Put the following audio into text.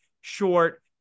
short